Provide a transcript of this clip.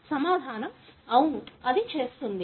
సమాధానం అవును అది చేస్తుంది